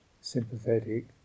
sympathetic